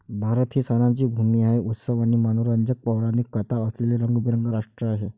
भारत ही सणांची भूमी आहे, उत्सव आणि मनोरंजक पौराणिक कथा असलेले रंगीबेरंगी राष्ट्र आहे